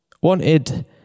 wanted